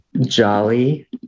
Jolly